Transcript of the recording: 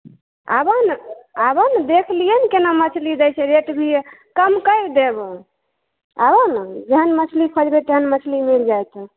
आबऽ ने आबऽ ने देख लिए ने केना मछली दै छै रेट भी कम करि देब आहो ने जेहन मछली खरीदबै तेहन मछली मिल जायत